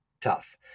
tough